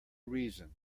reason